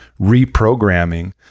reprogramming